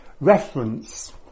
reference